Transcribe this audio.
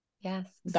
Yes